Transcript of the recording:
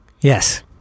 yes